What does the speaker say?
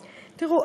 תראו,